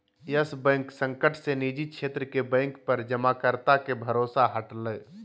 yes Bank संकट से निजी क्षेत्र के बैंक पर जमाकर्ता के भरोसा घटलय